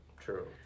True